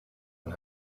und